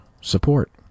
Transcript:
support